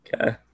Okay